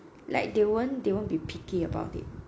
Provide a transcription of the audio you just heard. like they won't they won't be picky about it